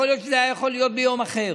יכול להיות שזה היה יכול להיות ביום אחר,